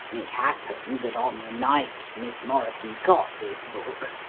it happened that on the night miss morrison got this book,